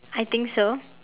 I think so